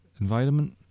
environment